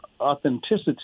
authenticity